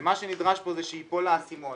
מה שנדרש כאן זה שייפול האסימון.